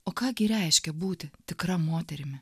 o ką gi reiškia būti tikra moterimi